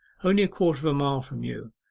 only a quarter of a mile from you.